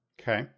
okay